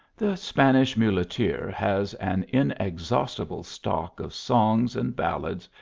the spanish muleteer has an inexhaustible stock of songs and ballads,